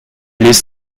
les